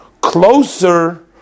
closer